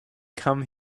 come